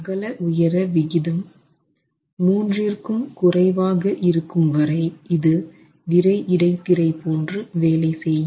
அகல உயர விகிதம் 3 மூன்றிற்கும் குறைவாக இருக்கும் வரை இது விறை இடைத்திரை போன்று வேலை செய்யும்